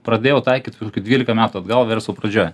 pradėjau taikyt dvylika metų atgal verslo pradžioj